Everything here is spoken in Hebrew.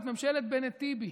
זאת ממשלת בנט-טיבי.